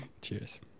Cheers